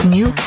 New